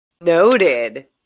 Noted